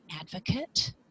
advocate